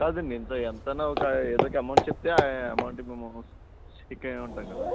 కాదండి ఇంత ఎంతన్న ఒక ఏదో ఒక అమౌంట్ చెప్తే అమౌంట్కి మేము స్టిక్ అయ్యి ఉంటాం కదా